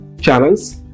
channels